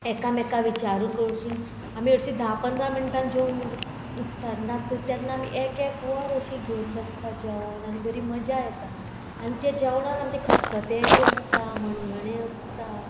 एकामेका विचारून करसून आमी हरशीं धा पंदरा मिनटां जेवन उठतात ना तेन्ना आमी एक एक वर अशें घेवन बसता जेवण आनी बरी मजा येता आनी तें जेवणान आमचें खतखतें बी आसता मणगणें आसता